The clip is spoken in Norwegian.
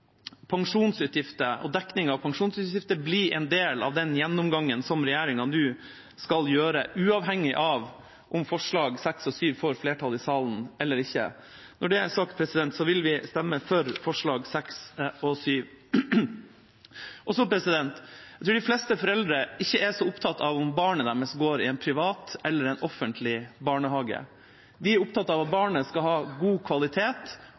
dekning av pensjonsutgifter blir en del av den gjennomgangen som regjeringa nå skal gjøre, uavhengig av om forslagene nr. 6 og 7 får flertall i salen eller ikke. Når det er sagt, vil vi stemme for forslagene nr. 6 og 7. Jeg tror de fleste foreldre ikke er så opptatt av om barna deres går i en privat eller offentlig barnehage. De er opptatt av at barna skal ha god kvalitet,